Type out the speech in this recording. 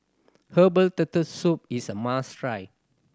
herbal Turtle Soup is a must try